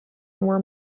were